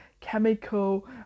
chemical